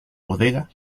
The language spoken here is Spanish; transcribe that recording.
bodega